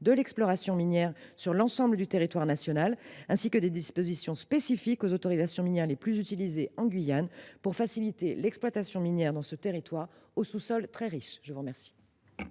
de l’exploration minière sur l’ensemble du territoire national, ainsi que des dispositions spécifiques aux autorisations minières les plus utilisées en Guyane, pour faciliter l’exploitation minière dans ce territoire au sous sol très riche.